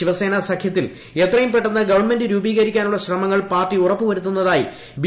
ശിവസേന സഖ്യത്തിൽ എത്രയും പെട്ടെന്ന് ഗവൺമെന്റ് രൂപീകരിക്കാനുള്ള ശ്രമങ്ങൾ പാർട്ടി ഉറപ്പുവരുത്തുന്നതായി ബി